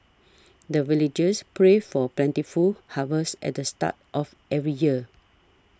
the villagers pray for plentiful harvest at the start of every year